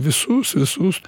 visus visus